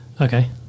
okay